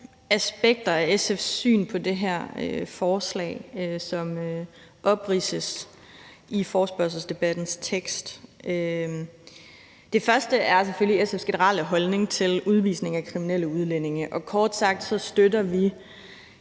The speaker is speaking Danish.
aspekter af SF's syn på det forslag, som opridses i forespørgslens tekst. Det første er selvfølgelig SF's generelle holdning til udvisning af kriminelle udlændinge. Kort sagt støtter vi